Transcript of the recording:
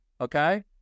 okay